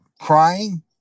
crying